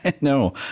no